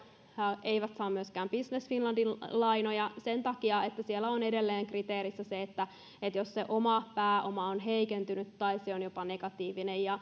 eivät saa myöskään business finlandin lainoja sen takia että siellä on edelleen kriteerissä se jos oma pääoma on heikentynyt tai se on jopa negatiivinen